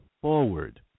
forward